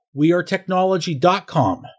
wearetechnology.com